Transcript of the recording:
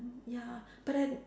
ya but then